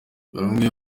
bamwe